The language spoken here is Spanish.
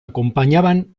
acompañaban